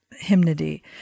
hymnody